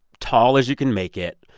tall as you can make it,